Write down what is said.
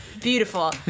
Beautiful